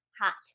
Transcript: Hot